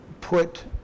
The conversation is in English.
put